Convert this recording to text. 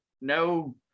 no